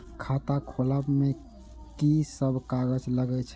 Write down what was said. खाता खोलब में की सब कागज लगे छै?